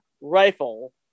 Rifle